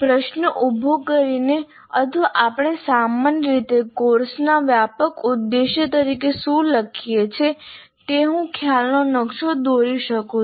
પ્રશ્ન ઉભો કરીને અથવા આપણે સામાન્ય રીતે કોર્સના વ્યાપક ઉદ્દેશ તરીકે શું લખીએ છીએ તે હું ખ્યાલનો નકશો દોરી શકું છું